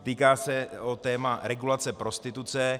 Týká se téma regulace prostituce.